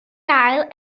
gael